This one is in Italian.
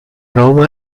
roma